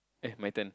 eh my turn